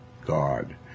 god